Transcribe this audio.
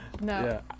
No